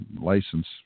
license